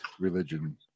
religion